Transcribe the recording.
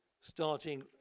starting